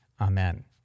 Amen